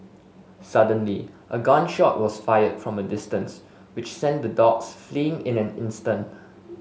suddenly a gun shot was fired from a distance which sent the dogs fleeing in an instant